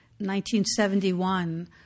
1971